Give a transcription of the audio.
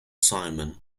simon